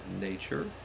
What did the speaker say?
nature